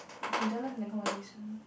you can join us in the conversation